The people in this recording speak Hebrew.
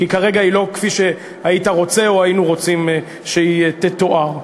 כי כרגע היא לא כפי שהיית רוצה או היינו רוצים שהיא תתואר.